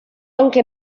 anche